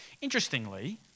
Interestingly